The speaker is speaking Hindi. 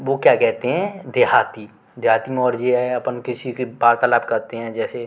वो क्या कहते हैं देहाती देहाती में और ये है अपन किसी की वार्तालाप करते हैं जैसे